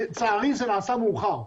לצערי זה נעשה מאוחר.